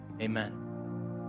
amen